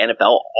NFL